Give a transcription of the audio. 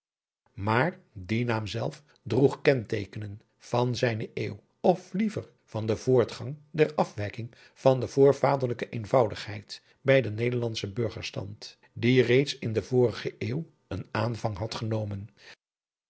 maar die naam zelf droeg kenteekenen van zijne eeuw of liever van den voortgang der afwijking van de voorvaderlijke eenvoudigheid bij den nederlandschen burgerastand die reeds in de vorige eeuw een aanvang had genomen